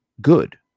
good